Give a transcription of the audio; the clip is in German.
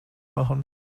machen